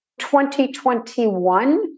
2021